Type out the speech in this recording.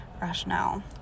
rationale